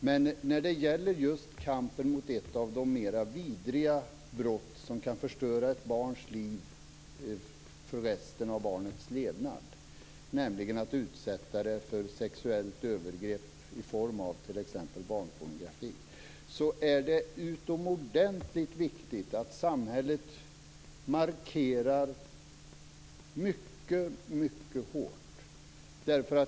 Men när det gäller just kampen mot ett av de mera vidriga brott som kan förstöra ett barns liv för resten av barnets levnad, nämligen att utsätta barn för sexuella övergrepp i form av t.ex. barnpornografi, är det utomordentligt viktigt att samhället markerar mycket hårt.